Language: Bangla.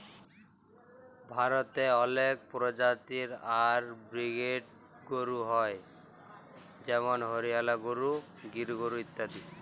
ভারতে অলেক পরজাতি আর ব্রিডের গরু হ্য় যেমল হরিয়ালা গরু, গির গরু ইত্যাদি